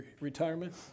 retirement